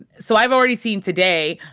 so i've already seen today,